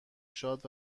شاد